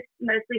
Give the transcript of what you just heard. mostly